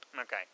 Okay